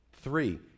Three